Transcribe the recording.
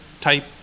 type